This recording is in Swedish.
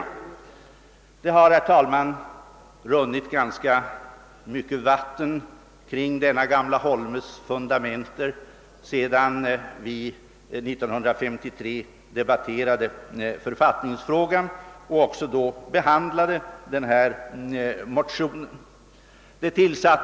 Det har, herr talman, runnit ganska mycket vatten kring denna gamla holmes fundament sedan vi 1953 debatterade författningsfrågan och då även behandlade denna motion.